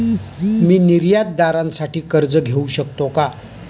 मी निर्यातदारासाठी कर्ज घेऊ शकतो का?